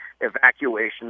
evacuation